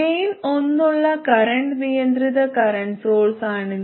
gain ഒന്നുള്ള current നിയന്ത്രിത current സോഴ്സാണിത്